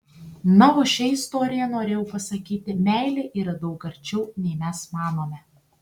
na o šia istorija norėjau pasakyti meilė yra daug arčiau nei mes manome